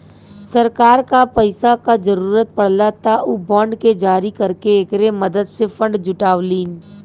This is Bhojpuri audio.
सरकार क पैसा क जरुरत पड़ला त उ बांड के जारी करके एकरे मदद से फण्ड जुटावलीन